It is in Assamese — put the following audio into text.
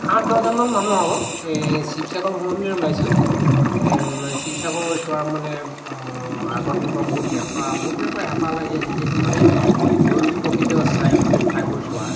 আঠ দহজন মান মানুহ হ'ব এই শিৱসাগৰ ভ্ৰমণলৈ ওলাইছোঁ শিৱসাগৰ চোৱাৰ মানে আগৰ দিনৰ পৰা বহুত হেঁপাহ বহুত দিনৰ পৰা হেঁপাহ লাগি আছিল যিহেতু মানে বুৰঞ্জী প্ৰসিদ্ধ চাই ঠাইবোৰ চোৱাৰ